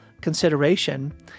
consideration